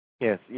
Yes